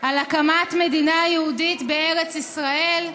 על הקמת מדינה יהודית בארץ ישראל,